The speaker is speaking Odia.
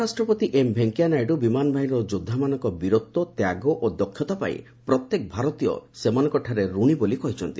ଉପରାଷ୍ଟ୍ରପତି ଏମ୍ ଭେଙ୍କିୟା ନାଇଡୁ ବିମାନ ବାହିନୀର ଯୋଦ୍ଧାମାନଙ୍କ ବୀରତ୍ୱ ତ୍ୟାଗ ଓ ଦକ୍ଷତା ପାଇଁ ପ୍ରତ୍ୟେକ ଭାରତୀୟ ସେମାନଙ୍କଠାରେ ରଣୀ ବୋଲି କହିଛନ୍ତି